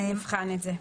נבחן את זה.